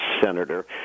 senator